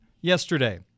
yesterday